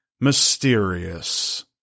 mysterious